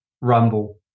rumble